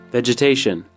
Vegetation